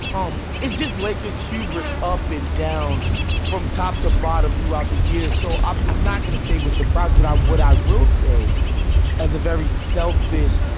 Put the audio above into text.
um it's just lakers hubris up and down from top to bottom throughout the year. so i'm not going to say was surprised, but i would i will say as a very selfish,